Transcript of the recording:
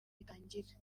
itangire